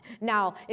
Now